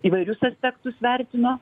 įvairius aspektus vertino